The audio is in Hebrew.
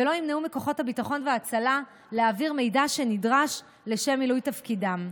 ולא ימנעו מכוחות הביטחון וההצלה להעביר מידע שנדרש לשם מילוי תפקידם,